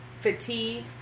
fatigue